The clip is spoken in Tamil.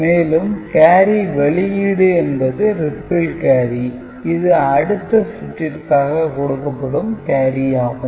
மேலும் கேரி வெளியீடு என்பது ரிப்பிள் கேரி இது அடுத்த சுற்றிற்காக கொடுக்கப்படும் கேரி ஆகும்